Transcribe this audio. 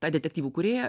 tą detektyvų kūrėją